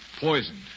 Poisoned